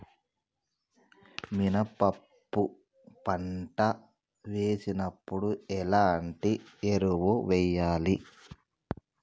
మినప పంట వేసినప్పుడు ఎలాంటి ఎరువులు వాడాలి?